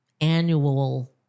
annual